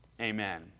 Amen